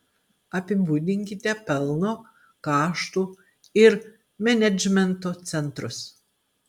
apibūdinkite pelno kaštų ir menedžmento centrus